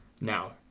Now